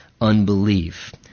unbelief